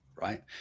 right